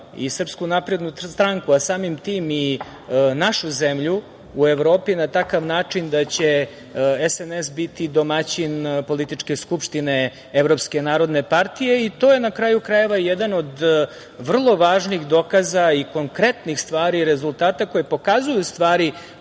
je pozicionirala i SNS, a samim tim i našu zemlju u Evropi na takav način da će SNS biti domaćin političke Skupštine Evropske narodne partije i to je na kraju krajeva jedan od vrlo važnih dokaza i konkretnih stvari i rezultata koje pokazuju stvari